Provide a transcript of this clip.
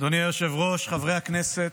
אדוני היושב-ראש, חברי הכנסת,